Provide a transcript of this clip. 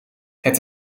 het